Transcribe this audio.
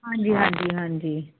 ਹਾਂਜੀ ਹਾਂਜੀ ਹਾਂਜੀ